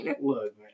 Look